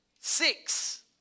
Six